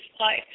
life